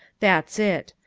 that's it.